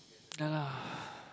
ya lah